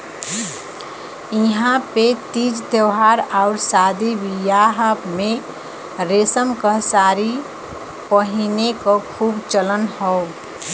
इहां पे तीज त्यौहार आउर शादी बियाह में रेशम क सारी पहिने क खूब चलन हौ